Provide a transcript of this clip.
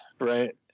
Right